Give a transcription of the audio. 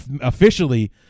officially